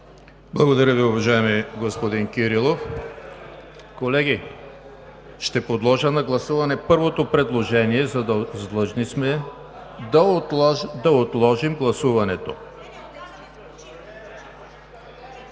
Благодаря Ви, уважаеми господин Кирилов. Колеги, ще подложа на гласуване първото предложение – да отложим гласуването.